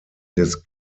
des